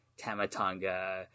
tamatanga